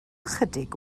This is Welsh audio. ychydig